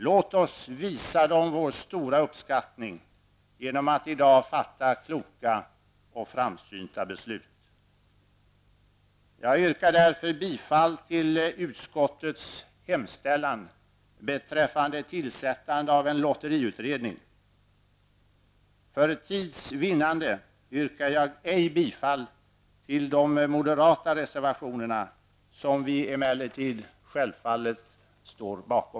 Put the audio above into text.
Låt oss visa dem vår stora uppskattning genom att i dag fatta kloka och framsynta beslut. Jag yrkar därför bifall till utskottets hemställan beträffande tillsättandet av en lotteriutredning. För tids vinnande yrkar jag ej bifall till de moderata reservationerna, som vi emellertid självfallet står bakom.